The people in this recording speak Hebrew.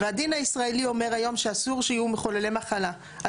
הדין הישראלי אומר היום שאסור שיהיו מחוללי מחלה,